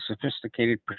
sophisticated